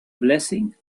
blessing